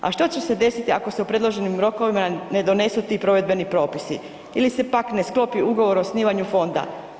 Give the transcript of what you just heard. A što će se desiti ako se u predloženim rokovima ne donesu ti provedbeni propisi ili se pak ne sklopi ugovor o osnivanju fonda?